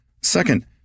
Second